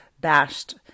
bashed